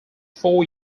four